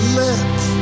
lips